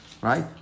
right